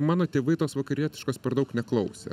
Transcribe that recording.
mano tėvai tos vakarietiškos per daug neklausė